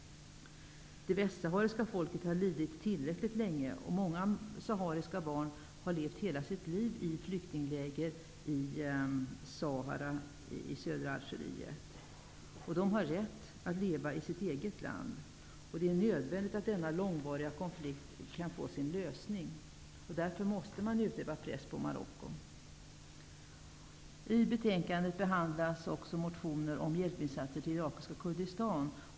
Det västsahariska folket har lidit tillräckligt länge. Många västsahariska barn har levt hela livet i flyktingläger i Sahara i södra Algeriet. De har rätt att leva i sitt eget land. Det är nödvändigt att denna långa konflikt kan få sin lösning. Därför måste press utövas på Marocko. I betänkandet behandlas också motioner om hjälpinsatser till irakiska Kurdistan.